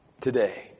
today